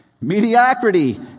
Mediocrity